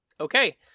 Okay